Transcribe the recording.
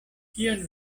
kion